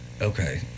Okay